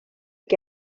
que